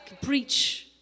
Preach